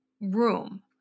room